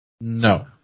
No